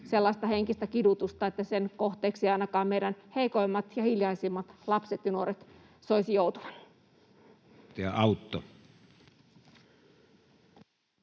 sellaista henkistä kidutusta, että sen kohteeksi ei ainakaan meidän heikoimpien ja hiljaisimpien lasten ja nuorten soisi joutuvan.